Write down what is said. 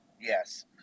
Yes